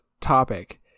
topic